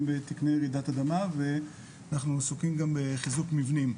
בתקני רעידת אדמה ואנחנו עסוקים גם בחיזוק מבנים.